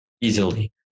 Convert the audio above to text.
easily